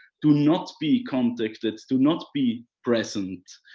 do not be contacted. do not be present,